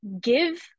give